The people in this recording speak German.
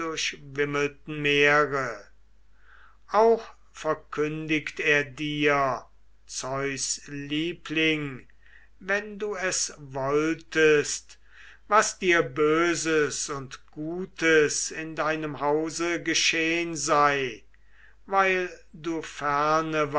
auch verkündigt er dir zeus liebling wenn du es wolltest was dir böses und gutes in deinem hause geschehn sei weil du